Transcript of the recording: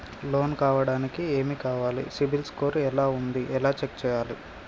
Loan కావడానికి ఏమి కావాలి సిబిల్ స్కోర్ ఎలా ఉంది ఎలా చెక్ చేయాలి?